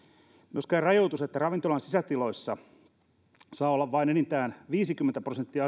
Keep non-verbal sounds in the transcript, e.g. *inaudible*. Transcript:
myöskään rajoitus että ravintolan sisätiloissa saa olla asiakkaita enintään vain viisikymmentä prosenttia *unintelligible*